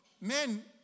men